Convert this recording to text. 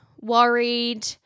worried